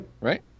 right